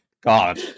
God